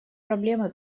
проблемы